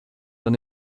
dann